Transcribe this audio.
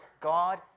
God